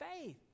faith